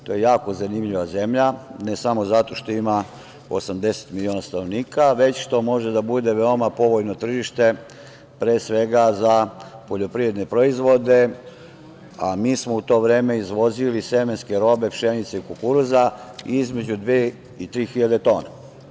To je jako zanimljiva zemlja, ne samo zato što ima 80 miliona stanovnika, već to može da bude veoma povoljno tržište pre svega za poljoprivredne proizvode, a mi smo u to vreme izvozili semenske robe pšenice i kukuruza između dve i tri hiljade tona.